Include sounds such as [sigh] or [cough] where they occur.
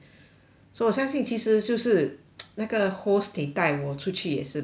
so 我相信其实就是 [noise] 那个 host 得带我出去也是 but 他没有